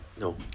No